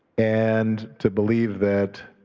and to believe that